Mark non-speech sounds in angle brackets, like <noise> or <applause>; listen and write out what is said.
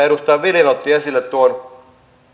<unintelligible> edustaja viljanen otti esille tuon